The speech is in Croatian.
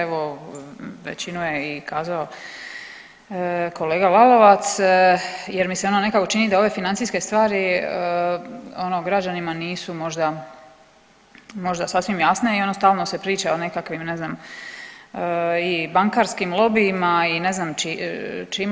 Evo većinu je i kazao kolega Lalovac, jer mi se ono nekako čini da ove financijske stvari ono građanima nisu možda sasvim jasne i ono stalno se priča o nekakvim ne znam i bankarskim lobijima i ne znam čime.